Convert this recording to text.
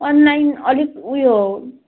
online अलिक उयो